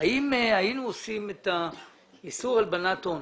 האם היינו עושים את איסור הלבנת הון